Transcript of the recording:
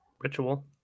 Ritual